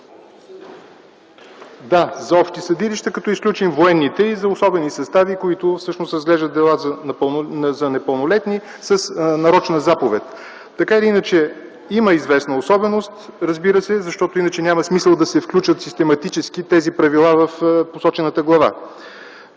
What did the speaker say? Да, за общи съдилища, като изключим военните и за особени състави, които всъщност разглеждат дела за непълнолетни с нарочна заповед. Така или иначе има известна особеност, разбира се, защото иначе няма смисъл да се включват систематически тези правила в посочената глава.